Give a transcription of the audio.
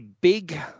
big